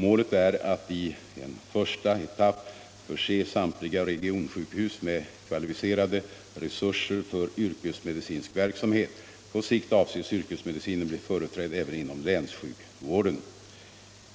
Målet är att i en första etapp förse samtliga regionsjukhus med kvalificerade resurser för yrkesmedicinsk verksamhet. På sikt avses yrkesmedicinen bli företrädd även inom länssjukvården.